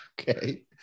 Okay